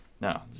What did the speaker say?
No